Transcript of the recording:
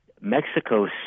mexico